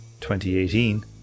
2018